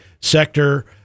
sector